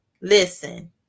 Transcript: listen